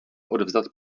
odevzdat